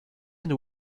and